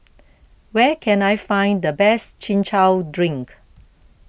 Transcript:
where can I find the best Chin Chow Drink